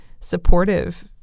supportive